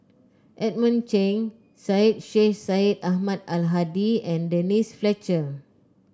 Edmund Cheng Syed Sheikh Syed Ahmad Al Hadi and Denise Fletcher